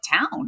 town